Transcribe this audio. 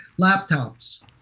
laptops